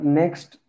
next